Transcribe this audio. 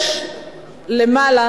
יש למעלה,